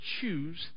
choose